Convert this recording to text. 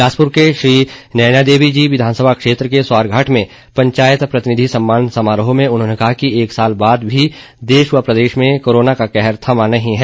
बिलासपुर के श्री नयनादेवी जी विधानसभा क्षेत्र के स्वारघाट में पंचायत प्रतिनिधि सम्मान समारोह में उन्होंने कहा कि एक साल बाद भी देश व प्रदेश में कोरोना का कहर थमा नहीं है